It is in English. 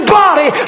body